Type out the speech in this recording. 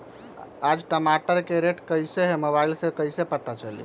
आज टमाटर के रेट कईसे हैं मोबाईल से कईसे पता चली?